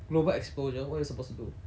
global exposure what you're supposed to do